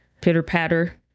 pitter-patter